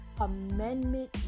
amendment